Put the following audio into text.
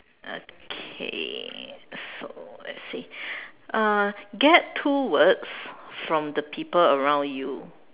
okay so let's see uh get two words from the people around you